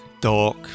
dark